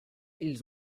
ils